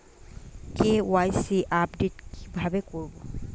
KYC update কি ভাবে করবো?